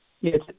Yes